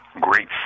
great